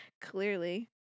clearly